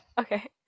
okay